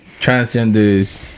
transgenders